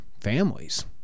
families